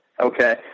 Okay